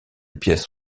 pièces